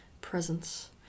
presence